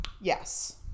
Yes